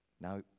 Now